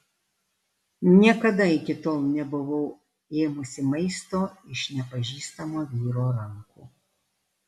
niekada iki tol nebuvau ėmusi maisto iš nepažįstamo vyro rankų